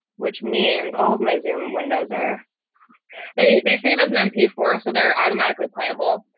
which means all of my zoom windows are they they save as an m p four so they're automatically playable.